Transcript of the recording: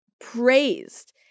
praised